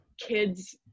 kids